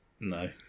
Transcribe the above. No